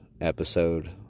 episode